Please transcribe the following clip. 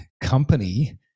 company